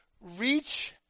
reach